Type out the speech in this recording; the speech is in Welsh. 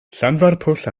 llanfairpwll